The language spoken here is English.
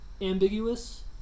ambiguous